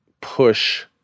push